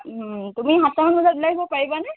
তুমি সাতটামান বজাত ওলাই আহিব পাৰিবানে